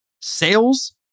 Sales